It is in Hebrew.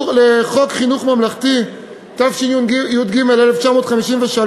לחוק חינוך ממלכתי, התשי"ג 1953,